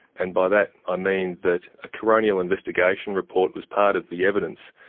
and by that i mean that a coronial investigation report was part of the evidence,